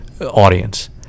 audience